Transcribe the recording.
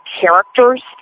characters